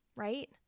right